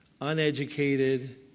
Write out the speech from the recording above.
uneducated